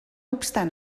obstant